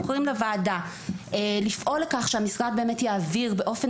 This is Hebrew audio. אנחנו קוראים לוועדה לפעול לכך שהמשרד יעביר באופן